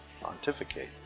pontificate